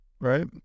right